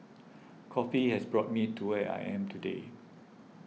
coffee has brought me to where I am today